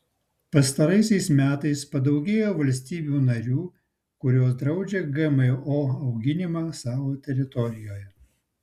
pastaraisiais metais padaugėjo valstybių narių kurios draudžia gmo auginimą savo teritorijoje